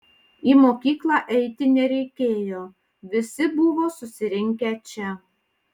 į mokyklą eiti nereikėjo visi buvo susirinkę čia